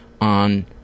on